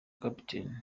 captain